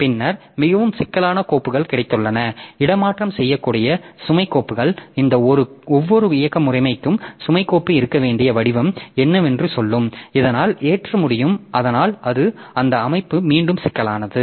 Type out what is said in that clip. பின்னர் மிகவும் சிக்கலான கோப்புகள் கிடைத்துள்ளன இடமாற்றம் செய்யக்கூடிய சுமை கோப்புகள் இந்த ஒவ்வொரு இயக்க முறைமையும் சுமை கோப்பு இருக்க வேண்டிய வடிவம் என்னவென்று சொல்லும் இதனால் ஏற்ற முடியும் அதனால் அது அந்த அமைப்பு மீண்டும் சிக்கலானது